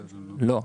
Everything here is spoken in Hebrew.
לא,